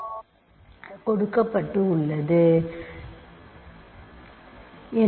R ஏற்கனவே ஒரு quotient ring கொடுக்கப்பட்டுள்ளது